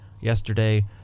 yesterday